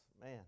man